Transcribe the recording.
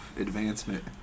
advancement